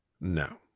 No